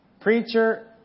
preacher